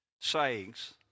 sayings